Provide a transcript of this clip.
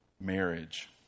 marriage